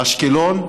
באשקלון,